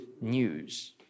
news